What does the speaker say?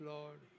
Lord